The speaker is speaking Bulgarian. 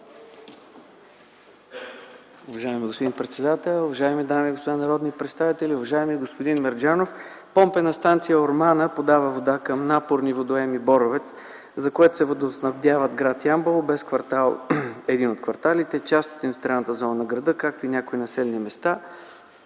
Уважаеми господин председател, уважаеми дами и господа народни представители, уважаеми господин Мерджанов! Помпена станция „Ормана” подава вода към напорни водоеми „Боровец”, с която се водоснабдяват гр. Ямбол без един от кварталите, част от индустриалната зона на града, както и някои населени места.